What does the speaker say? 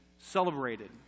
celebrated